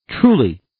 Truly